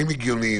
דברים הגיוניים,